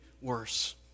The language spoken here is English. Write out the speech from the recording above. worse